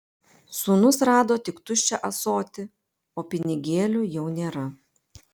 sūnus rado tik tuščią ąsotį o pinigėlių jau nėra